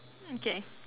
okay